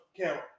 Count